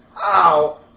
ow